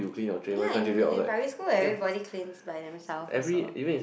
ya in in primary school everybody cleans by themself also